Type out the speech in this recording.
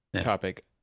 topic